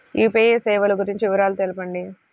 UPI సేవలు గురించి వివరాలు తెలుపండి?